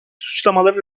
suçlamaları